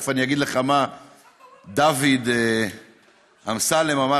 ותכף אני אגיד לך מה דוד אמסלם אמר